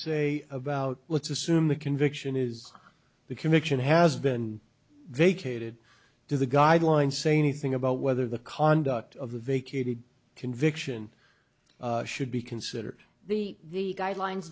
say about let's assume the conviction is the conviction has been vacated does the guidelines say anything about whether the conduct of the vacated conviction should be considered the guidelines